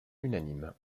unanime